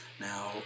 Now